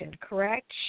correct